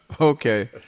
Okay